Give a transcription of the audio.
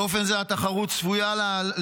באופן זה, התחרות בין הבנקים צפויה להביא